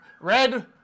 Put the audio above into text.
red